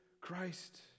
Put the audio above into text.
Christ